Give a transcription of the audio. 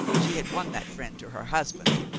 she had won that friend to her husband,